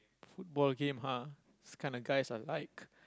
football game ha this kind of guys I like